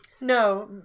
No